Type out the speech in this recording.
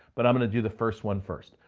but i'm gonna do the first one first.